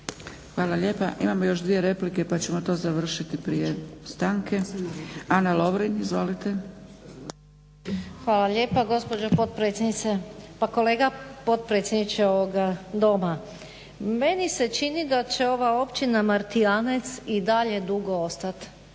Dragica (SDP)** Imamo još dvije replike pa ćemo to onda završiti prije stanke. Ana Lovrin izvolite. **Lovrin, Ana (HDZ)** Hvala lijepa gospođo potpredsjednice. Pa kolega potpredsjedniče ovoga Doma. Meni se čini da će ova općina Martijanec i dalje i dugo ostat